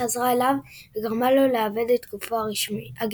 חזרה אליו וגרמה לו לאבד את גופו הגשמי.